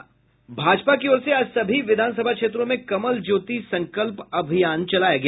भाजपा की ओर से आज सभी विधान सभा क्षेत्रों में कमल ज्योति संकल्प अभियान चलाया गया